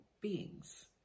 beings